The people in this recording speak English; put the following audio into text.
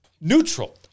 Neutral